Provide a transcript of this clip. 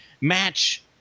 match